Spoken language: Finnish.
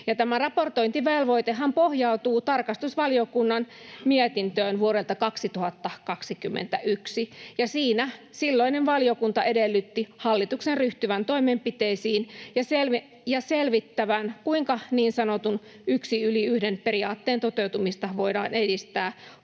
Tämä raportointivelvoitehan pohjautuu tarkastusvaliokunnan mietintöön vuodelta 2021. Siinä silloinen valiokunta edellytti hallituksen ryhtyvän toimenpiteisiin ja selvittävän, kuinka niin sanotun yksi yli yhden ‑periaatteen toteutumista voidaan edistää koko